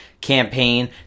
campaign